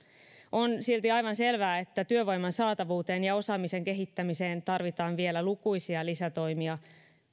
on silti aivan selvää että työvoiman saatavuuteen ja osaamisen kehittämiseen tarvitaan vielä lukuisia lisätoimia